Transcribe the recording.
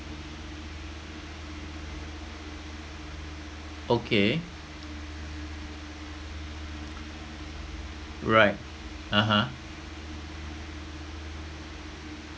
okay right (uh huh)